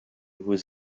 was